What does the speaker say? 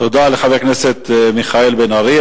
תודה לחבר הכנסת מיכאל בן-ארי.